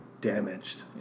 damaged